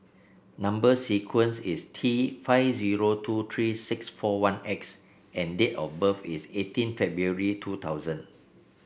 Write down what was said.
number sequence is T five zero two three six four one X and date of birth is eighteen February two thousand